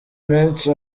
menshi